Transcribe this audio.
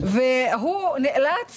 הוא נאלץ